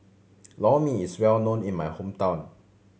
Lor Mee is well known in my hometown